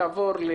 באבו תלול, למשל,